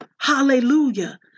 hallelujah